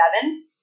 seven